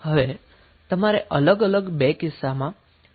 હવે તમારે અલગ અલગ 2 કિસ્સામાં Rth ની કિંમત શોધવાની છે